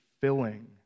filling